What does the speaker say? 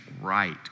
right